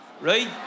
Right